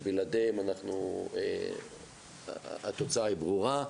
שבלעדיהם התוצאה היא ברורה,